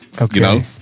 Okay